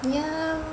yeah